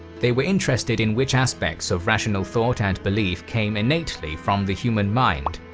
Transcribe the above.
they were interested in which aspects of rational thought and belief came innately from the human mind,